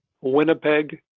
Winnipeg